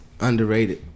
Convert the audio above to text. underrated